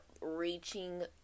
reaching